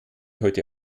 heute